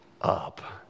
up